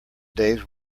days